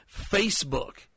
Facebook